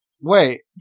Wait